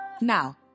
Now